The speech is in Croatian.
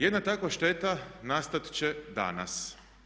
Jedna takva šteta nastati će danas.